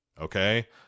okay